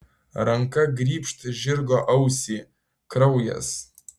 ranka grybšt žirgo ausį kraujas